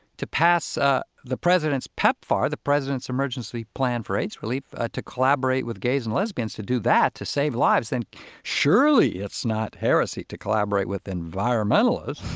to pass ah the president's pepfar, the president's emergency plan for aids relief, ah to collaborate with gays and lesbians to do that to save lives, then surely it's not heresy to collaborate with environmentalists.